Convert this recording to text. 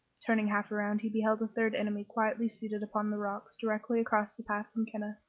turning half around he beheld a third enemy quietly seated upon the rocks directly across the path from kenneth,